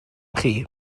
chi